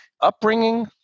upbringing